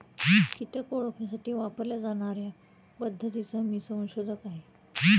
कीटक ओळखण्यासाठी वापरल्या जाणार्या पद्धतीचा मी संशोधक आहे